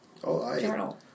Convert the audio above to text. journal